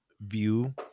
view